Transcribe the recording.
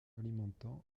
alimentant